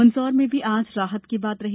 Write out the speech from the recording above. मंदसौर में भी आज राहत की बात रही